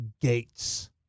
Gates